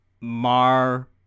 Mar